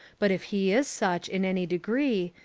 but if he is such in any degree,